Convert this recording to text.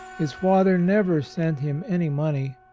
his father never sent him any money,